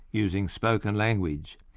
using spoken language,